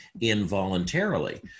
involuntarily